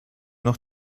noch